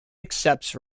accepts